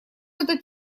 этот